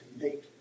make